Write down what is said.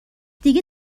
دیگه